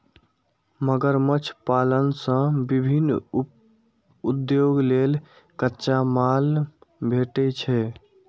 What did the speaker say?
मगरमच्छ पालन सं विभिन्न उद्योग लेल कच्चा माल भेटै छै